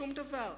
שום דבר.